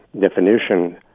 definition